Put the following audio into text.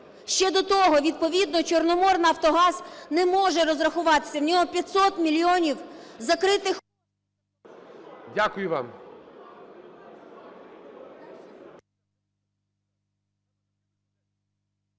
ще до того. Відповідно "Чорноморнафтогаз" не може розрахуватися, в нього 500 мільйонів закритих... ГОЛОВУЮЧИЙ.